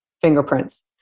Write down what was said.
fingerprints